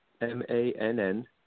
m-a-n-n